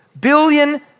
billion